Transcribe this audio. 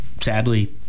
Sadly